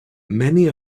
many